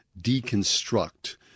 deconstruct